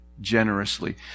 generously